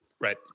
Right